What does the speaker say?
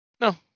No